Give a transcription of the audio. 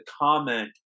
comment